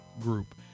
group